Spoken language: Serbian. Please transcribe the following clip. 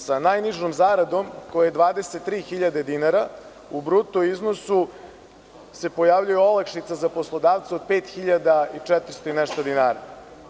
Sa najnižom zaradom koja je 23.000 dinara u bruto iznosu se pojavljuje olakšica za poslodavca od 5.400 i nešto dinara.